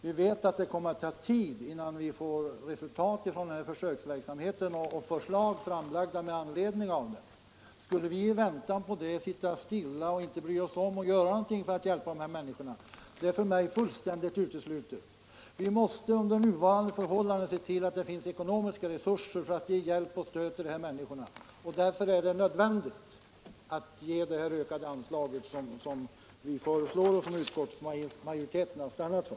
Vi vet att det kommer att ta tid innan vi får något resultat från denna försöksverksamhet och får förslag framlagda med anledning av den. Skulle vi i väntan på detta sitta stilla och inte bry oss om att göra någonting för att hjälpa dessa människor? Det är för mig fullständigt uteslutet! Vi måste under nuvarande förhållanden se till att det finns ekonomiska resurser för att ge hjälp och stöd till de här människorna. Därför är det nödvändigt att ge det här ökade anslaget som vi föreslår och som utskottsmajoriteten stannat för.